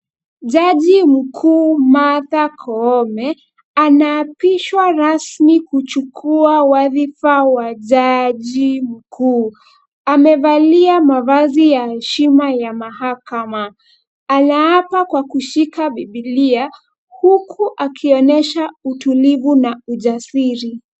Jaji mkuu Martha Koome anaapishwa rasmi kuchukua wadhifa wa jaji mkuu. Amevalia mavazi ya heshima ya mahakama. Anaapa kwa kushika biblia, huku akionyesha utulivu na ujasiri.